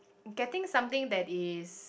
getting something that is